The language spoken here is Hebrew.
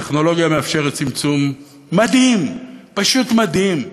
הטכנולוגיה מאפשרת צמצום מדהים, פשוט מדהים.